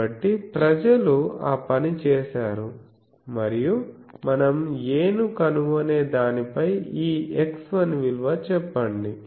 కాబట్టి ప్రజలు ఆ పని చేసారు మరియు మనం a ను కనుగొనే దానిపై ఈ x1 విలువ చెప్పండి